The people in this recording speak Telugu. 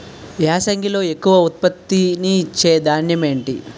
యాసంగిలో ఎక్కువ ఉత్పత్తిని ఇచే ధాన్యం ఏంటి?